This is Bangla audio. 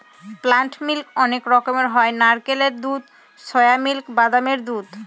প্লান্ট মিল্ক অনেক রকমের হয় নারকেলের দুধ, সোয়া মিল্ক, বাদামের দুধ